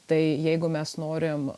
tai jeigu mes norim